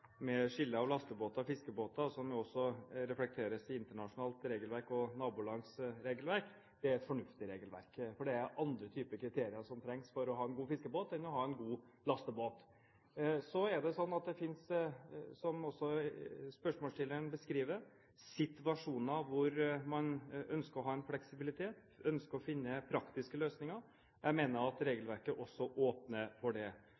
med skille mellom lastebåter og fiskebåter, som også reflekteres i internasjonalt regelverk og nabolands regelverk, er et fornuftig regelverk, for det er andre kriterier for en god fiskebåt enn for en god lastebåt. Så er det sånn at det er – som også spørsmålsstilleren beskriver – situasjoner hvor man ønsker å ha en fleksibilitet, ønsker å finne praktiske løsninger, og jeg mener at regelverket også åpner for det.